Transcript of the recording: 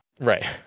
right